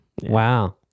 Wow